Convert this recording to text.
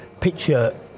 picture